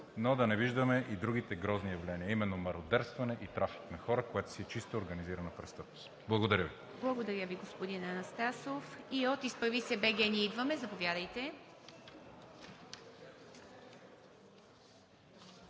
но да не виждаме и другите грозни явления, а именно мародерстване и трафик на хора, което си е чиста организирана престъпност. Благодаря Ви. ПРЕДСЕДАТЕЛ ИВА МИТЕВА: Благодаря Ви, господин Анастасов. И от „Изправи се БГ! Ние идваме!“, заповядайте.